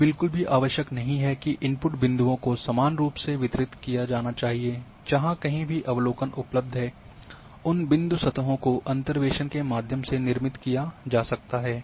यह बिल्कुल भी आवश्यक नहीं है कि इनपुट बिंदुओं को समान रूप से वितरित किया जाना चाहिए जहां कहीं भी अवलोकन उपलब्ध हैं उन बिंदु सतहों को अंतर्वेशन के माध्यम से निर्मित किया जा सकता है